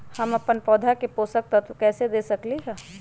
हम अपन पौधा के पोषक तत्व कैसे दे सकली ह?